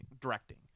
directing